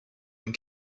and